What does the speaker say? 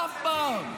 -- אף פעם.